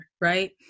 right